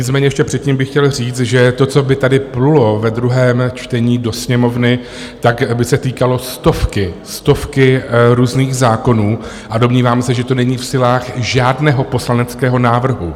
Nicméně ještě předtím bych chtěl říct, že to, co by tady plulo ve druhém čtení do Sněmovny, tak by se týkalo stovky, stovky různých zákonů, a domnívám se, že to není v silách žádného poslaneckého návrhu.